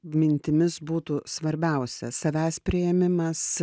mintimis būtų svarbiausia savęs priėmimas